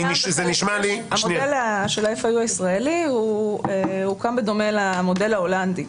המודל של ה-FIU הישראלי הוקם בדומה למודל ההולנדי,